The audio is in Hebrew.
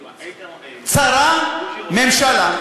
צרה-ממשלה.